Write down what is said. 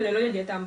וללא ידיעתם.